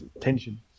tension